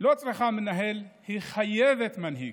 לא צריכה מנהל, היא חייבת מנהיג,